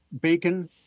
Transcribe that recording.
bacon